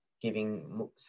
Giving